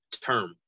term